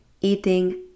eating